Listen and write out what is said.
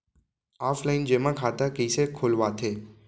Offline जेमा खाता कइसे खोलवाथे?